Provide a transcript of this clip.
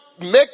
make